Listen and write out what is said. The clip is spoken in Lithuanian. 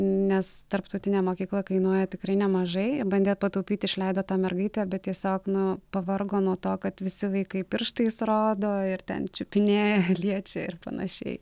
nes tarptautinė mokykla kainuoja tikrai nemažai bandė pataupyt išleido tą mergaitę bet tiesiog nu pavargo nuo to kad visi vaikai pirštais rodo ir ten čiupinėja liečia ir panašiai